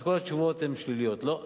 אז כל התשובות הן שליליות: לא,